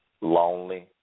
lonely